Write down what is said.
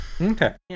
Okay